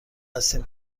هستیم